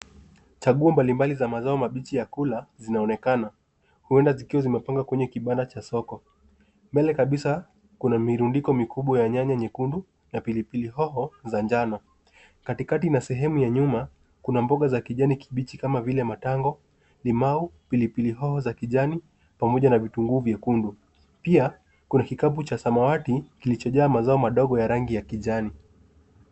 Chaguo mbalimbali za mazao mabichi ya kula, zinaonekana huenda zikiwa zimepangwa kwenye kibanda cha soko. Mbele kabisa kuna mirundiko mikubwa ya nyanya nyekundu na pilipili hoho za njano. Katikati na sehemu ya nyuma, kuna mboga za kijani kibichi kama vile matango, limau, pilipili hoho za kijani, pamoja na vitunguu vyekundu. Pia, kuna kikapu cha samawati kilichojaa mazao madogo ya rangi ya kijani.